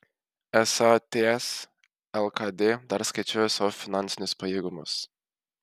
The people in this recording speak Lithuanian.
esą ts lkd dar skaičiuoja savo finansinius pajėgumus